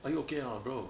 are you okay or not bro